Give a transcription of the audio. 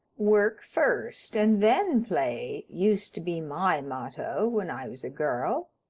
work first and then play used to be my motto when i was a girl.